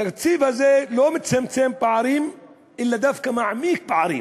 התקציב הזה לא מצמצם פערים אלא דווקא מעמיק פערים.